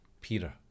Peter